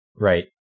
right